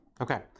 Okay